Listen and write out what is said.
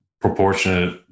proportionate